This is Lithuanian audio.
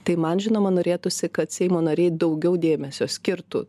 tai man žinoma norėtųsi kad seimo nariai daugiau dėmesio skirtų